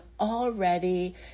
already